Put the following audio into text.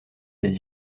des